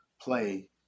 play